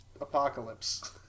Apocalypse